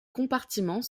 compartiments